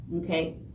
Okay